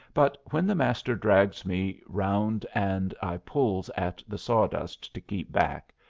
but when the master drags me round and i pulls at the sawdust to keep back,